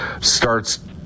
starts